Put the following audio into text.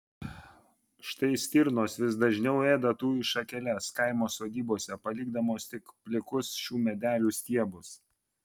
štai stirnos vis dažniau ėda tujų šakeles kaimo sodybose palikdamos tik plikus šių medelių stiebus